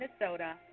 Minnesota